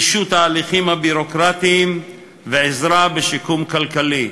פישוט ההליכים הביורוקרטיים ועזרה בשיקום כלכלי.